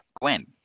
Gwen